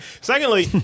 Secondly